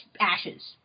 ashes